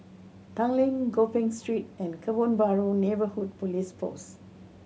Tanglin Gopeng Street and Kebun Baru Neighbourhood Police Post